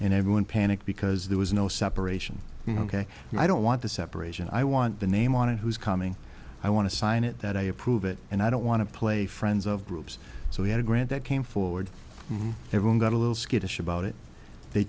and everyone panicked because there was no separation you know ok i don't want the separation i want the name on it who's coming i want to sign it that i approve it and i don't want to play friends of groups so we had a grant that came forward everyone got a little skittish about it they